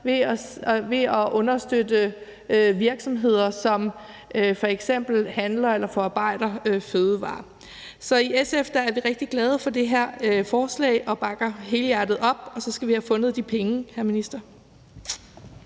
ved at understøtte virksomheder, som f.eks. handler med eller forarbejder fødevarer. Så i SF er vi rigtig glade for det her forslag og bakker helhjertet op, og så skal vi have fundet de penge, hr. minister.